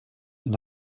and